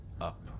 up